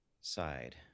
side